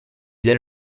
del